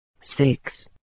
six